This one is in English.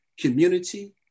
community